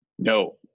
No